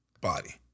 body